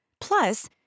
Plus